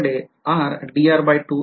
माझ्याकडे राहील